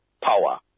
power